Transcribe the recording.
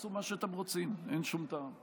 תעשו מה שאתם רוצים, אין שום טעם.